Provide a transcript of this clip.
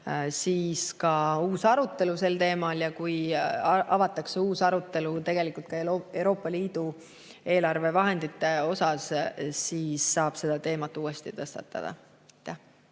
aastal on uus arutelu sel teemal ja kui avatakse uus arutelu ka Euroopa Liidu eelarvevahendite üle, siis saab selle teema uuesti tõstatada.